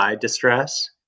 distress